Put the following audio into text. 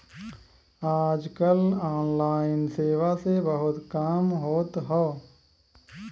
आज कल ऑनलाइन सेवा से बहुत काम होत हौ